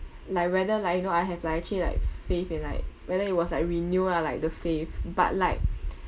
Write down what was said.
like whether like you know I have like actually like f~ faith in like whether it was like renew ah like the faith but like